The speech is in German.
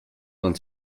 man